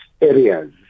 areas